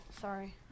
sorry